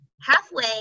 halfway